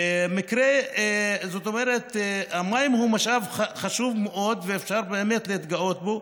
המים הם משאב חשוב מאוד ואפשר להתגאות בו,